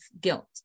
guilt